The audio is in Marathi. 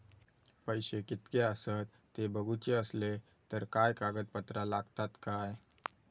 पैशे कीतके आसत ते बघुचे असले तर काय कागद पत्रा लागतात काय?